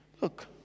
Look